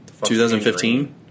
2015